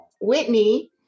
whitney